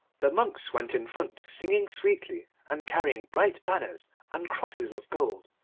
the monks went in front singing sweetly, and carrying bright banners and crosses of gold,